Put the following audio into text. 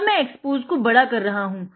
अब मै एक्सपोज़ को बड़ा कर रहा हूँ